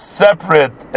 separate